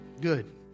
Good